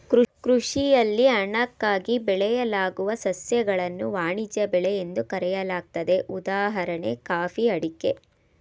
ಕೃಷಿಯಲ್ಲಿ ಹಣಕ್ಕಾಗಿ ಬೆಳೆಯಲಾಗುವ ಸಸ್ಯಗಳನ್ನು ವಾಣಿಜ್ಯ ಬೆಳೆ ಎಂದು ಕರೆಯಲಾಗ್ತದೆ ಉದಾಹಣೆ ಕಾಫಿ ಅಡಿಕೆ